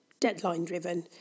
deadline-driven